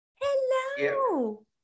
hello